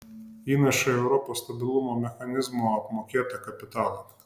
įnašai į europos stabilumo mechanizmo apmokėtą kapitalą